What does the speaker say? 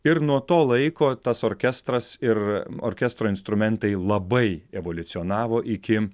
ir nuo to laiko tas orkestras ir orkestro instrumentai labai evoliucionavo iki